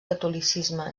catolicisme